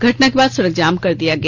घटना के बाद सडक जाम कर दिया गया